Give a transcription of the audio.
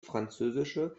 französische